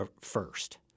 first